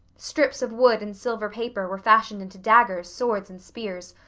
strips of wood and silver paper were fashioned into daggers, swords, and spears,